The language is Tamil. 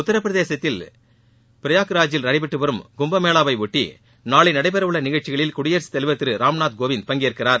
உத்தரப்பிரதேசத்தில் பிரையாக்ராஜில் நடைபெற்று வரும் கும்பமேளா வை ஒட்டி நாளை நடைபெறவுள்ள நிகழ்ச்சிகளில் குடியரசுத்தலைவர் திரு ராம்நாத்கோவிந்த் பங்கேற்கிறார்